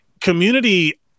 Community